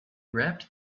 wrapped